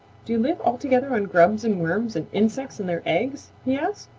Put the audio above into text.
do you live altogether on grubs and worms and insects and their eggs? he asked.